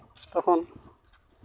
ᱛᱚᱠᱷᱚᱱ